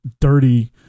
dirty